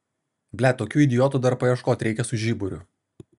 blet tokių idiotų dar paieškot reikia su žiburiu